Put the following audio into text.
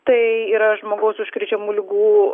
tai yra žmogaus užkrečiamų ligų